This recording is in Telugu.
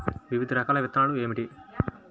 వివిధ రకాల విత్తనాలు ఏమిటి?